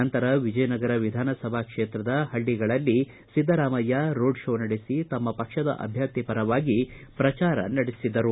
ನಂತರ ವಿಜಯನಗರ ವಿಧಾನ ಸಭಾ ಕ್ಷೇತ್ರದ ಹಳ್ಳಿಗಳಲ್ಲಿ ಸಿದ್ದರಾಮಯ್ಯ ರೋಡ್ ಷೋ ನಡೆಸಿ ತಮ್ನ ಪಕ್ಷದ ಅಭ್ಯರ್ಥಿ ಪರವಾಗಿ ಪ್ರಚಾರ ನಡೆಸಿದರು